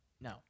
No